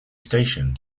station